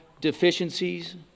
deficiencies